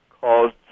caused